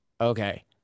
okay